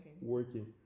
working